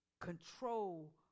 Control